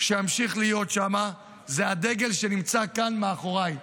שימשיך להיות שם זה הדגל שנמצא כאן מאחוריי,